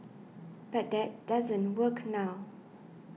but that doesn't work now